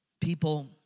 people